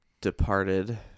departed